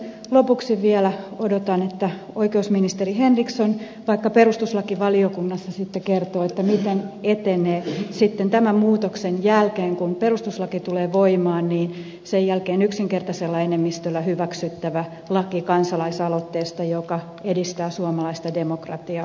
lopuksi vielä odotan että oikeusministeri henriksson vaikka perustuslakivaliokunnassa sitten kertoo miten etenee sitten tämän muutoksen jälkeen kun perustuslaki tulee voimaan sen jälkeen yksinkertaisella enemmistöllä hyväksyttävä laki kansalaisaloitteesta joka edistää suomalaista demokratiaa historiallisella tavalla